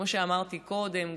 כמו שאמרתי קודם,